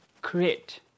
create